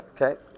Okay